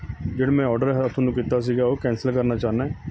ਜਿਹੜਾ ਮੈਂ ਔਡਰ ਹੈ ਤੁਹਾਨੂੰ ਕੀਤਾ ਸੀਗਾ ਉਹ ਕੈਂਸਲ ਕਰਨਾ ਚਾਹੁੰਦਾ